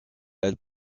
elle